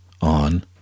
on